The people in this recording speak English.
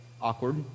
awkward